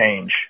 change